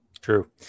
True